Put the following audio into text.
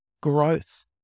growth